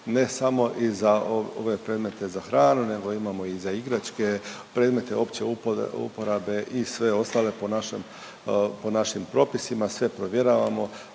ne samo i za ove predmete za hranu, nego imamo i za igračke, predmete opće uporabe i sve ostale po našem, našim propisima, sve provjeravamo,